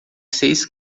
seis